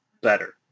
better